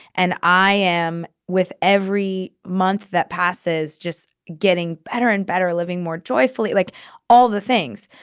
and i am with every month that passes, just getting better and better, living more joyfully, like all the things.